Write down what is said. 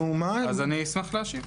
אשמח להשיב.